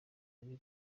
y’u